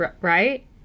Right